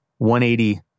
180